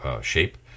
shape